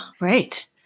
right